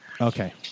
Okay